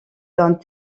d’un